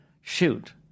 Shoot